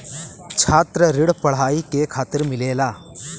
छात्र ऋण पढ़ाई के खातिर मिलेला